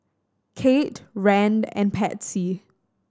Kate Rand and Patsy